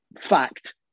fact